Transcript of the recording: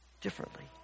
differently